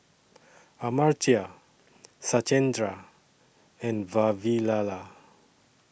Amartya Satyendra and Vavilala